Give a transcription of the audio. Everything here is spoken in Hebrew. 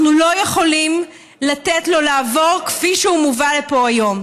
אנחנו לא יכולים לתת לו לעבור כפי שהוא מובא לפה היום.